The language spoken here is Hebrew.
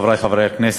חברי חברי הכנסת,